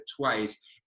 twice